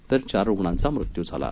तर चार रुग्णांचा मृत्यू झाला आहे